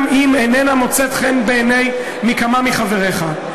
גם אם איננה מוצאת חן בעיני כמה מחבריך.